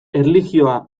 erlijioa